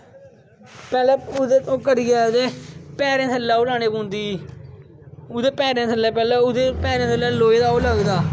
पहले उसी ओह् करियै ते पैंरे थल्ले ओह् लानी पौंदी ओहदे पैंरे थल्ले पैहलें ओहदे पैरें थल्ले लोहे दा ओह् लगदा